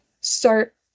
start